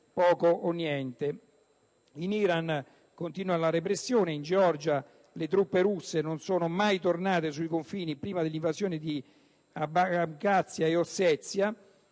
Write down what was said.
poco o niente. In Iran continua la repressione, in Georgia le truppe russe non sono mai tornate sui confini di prima dell'invasione di Abkhazia e Ossezia.